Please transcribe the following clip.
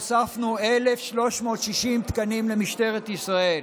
הוספנו 1,360 תקנים למשטרת ישראל,